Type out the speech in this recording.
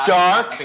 dark